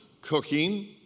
cooking